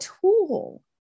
tool